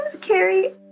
Carrie